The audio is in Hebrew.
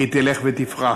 היא תלך ותפרח,